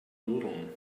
nudeln